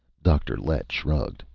dr. lett shrugged,